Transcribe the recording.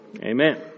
Amen